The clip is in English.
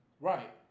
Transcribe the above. Right